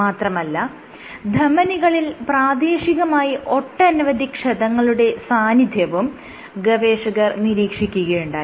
മാത്രമല്ല ധമനികളിൽ പ്രാദേശികമായി ഒട്ടനവധി ക്ഷതങ്ങളുടെ സാന്നിധ്യവും ഗവേഷകർ നിരീക്ഷിക്കുകയുണ്ടായി